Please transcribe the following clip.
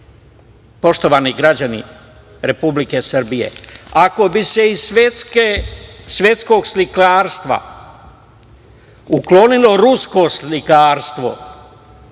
citat. Poštovani građani Republike Srbije, ako bi se iz svetskog slikarstva uklonilo rusko slikarstvo